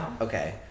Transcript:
Okay